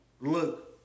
look